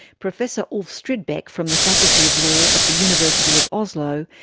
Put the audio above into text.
professor ulf stridbeck, from the faculty of law at the university of oslo,